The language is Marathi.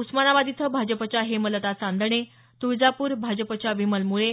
उस्मानाबाद इथं भाजपच्या हेमलता चांदणे तुळजापूर भाजपच्या विमल मुळे